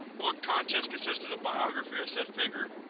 book contents consist of the biography of said figure.